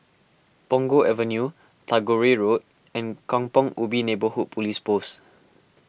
Punggol Avenue Tagore Road and Kampong Ubi Neighbourhood Police Post